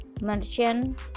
merchant